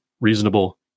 reasonable